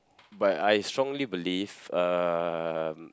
but I strongly believe um